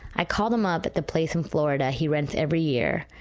i called him up at the place in florida he rents every year,